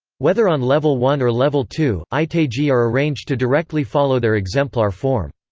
whether on level one or level two, itaiji are arranged to directly follow their exemplar form.